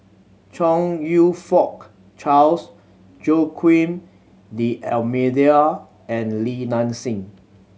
Chong You Fook Charles Joaquim D'Almeida and Li Nanxing